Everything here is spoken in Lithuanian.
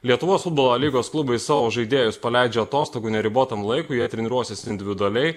lietuvos futbolo a lygos klubai savo žaidėjus paleidžia atostogų neribotam laikui jie treniruosis individualiai